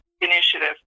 initiative